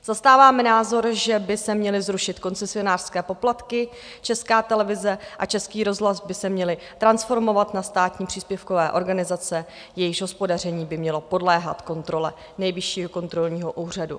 Zastáváme názor, že by se měly zrušit koncesionářské poplatky, Česká televize a Český rozhlas by se měly transformovat na státní příspěvkové organizace, jejichž hospodaření by mělo podléhat kontrole Nejvyššího kontrolního úřadu.